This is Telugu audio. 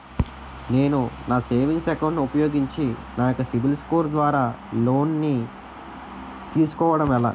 నేను నా సేవింగ్స్ అకౌంట్ ను ఉపయోగించి నా యెక్క సిబిల్ స్కోర్ ద్వారా లోన్తీ సుకోవడం ఎలా?